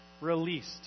released